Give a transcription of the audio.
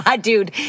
Dude